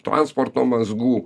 transporto mazgų